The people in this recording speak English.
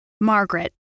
Margaret